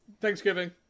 Thanksgiving